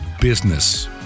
business